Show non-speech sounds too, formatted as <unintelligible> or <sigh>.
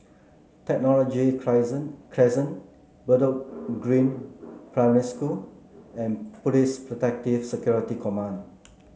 Technology <unintelligible> Crescent Bedok Green Primary School and Police Protective Security Command